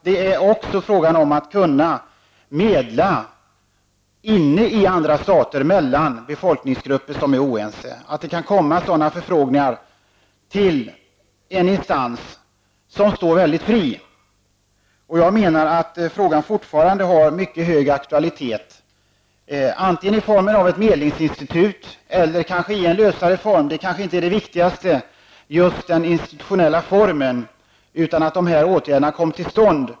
Det är också fråga om att kunna medla inne i andra stater mellan befolkningsgrupper som är oense. Det kan komma sådana förfrågningar till en instans som står mycket fri. Jag menar att frågan fortfarande har en mycket hög aktualitet. En sådan instans kunde antingen ges formen av ett medlingsinstitut eller kanske en lösare form. Just den institutionella formen är kanske inte det viktigaste, utan att dessa åtgärder kommer till stånd.